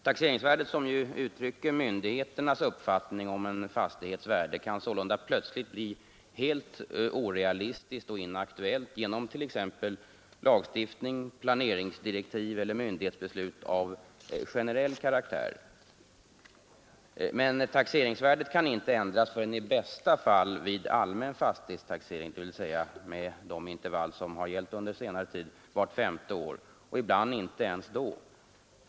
Taxeringsvärdet, som uttrycker myndigheternas uppfattning om en fastighets värde, kan sålunda plötsligt bli helt orealistiskt och inaktuellt genom t.ex. lagstiftning, planeringsdirektiv eller myndighetsbeslut av generell karaktär. Men taxeringsvärdet kan inte ändras förrän i bästa fall vid allmän fastighetstaxering, dvs. med de intervall som har gällt under senare tid vart femte år, ibland inte ens då.